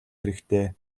хэрэгтэй